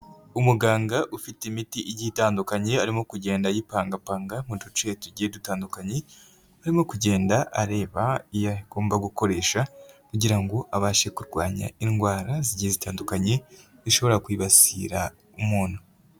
Umuganga ufite imiti igiye itandukanye, arimo kugenda ayipangapanga mu duce tugiye dutandukanye, arimo kugenda areba iyagomba gukoresha kugira ngo abashe kurwanya indwara zigiye zitandukanye, zishobora kwibasira umuntu.